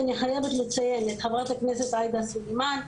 אני חייבת לציין את חברת הכנסת עאידה סלימאן,